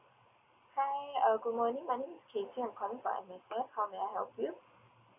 hi uh good morning my name is kaycy I'm calling from M_S_F how may I help you